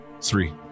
Three